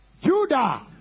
Judah